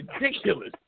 ridiculous